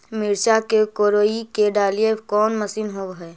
मिरचा के कोड़ई के डालीय कोन मशीन होबहय?